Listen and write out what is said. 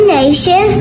nation